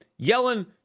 Yellen